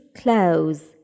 clothes